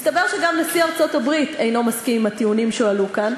מסתבר שגם נשיא ארצות-הברית אינו מסכים עם הטיעונים שהועלו כאן,